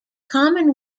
common